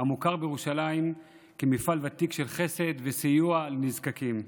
המוכר בירושלים כמפעל ותיק של חסד וסיוע לנזקקים.